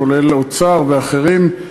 כולל האוצר ואחרים.